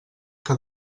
que